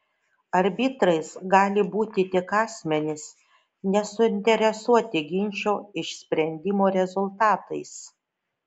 arbitrais gali būti tik asmenys nesuinteresuoti ginčo išsprendimo rezultatais